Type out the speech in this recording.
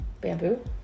Bamboo